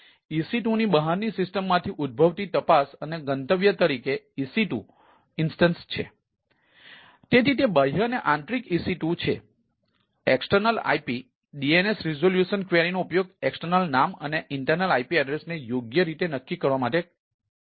તેથી બાહ્ય તપાસનો ઉપયોગ એક્સટર્નલ નામ અને ઇન્ટરનલ IP એડ્રેસ ને યોગ્ય રીતે નક્કી કરવા માટે થાય છે